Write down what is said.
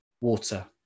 water